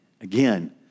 Again